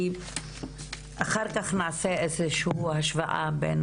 כי אחר כך נעשה איזו שהיא השוואה בין